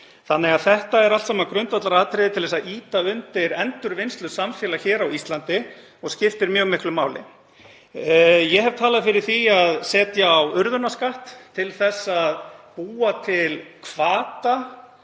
plasti. Þetta er allt saman grundvallaratriði til að ýta undir endurvinnslusamfélag á Íslandi og skiptir mjög miklu máli. Ég hef talað fyrir því að setja á urðunarskatt til þess að búa til hvata